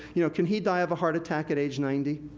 you know can he die of a heart attack at age ninety?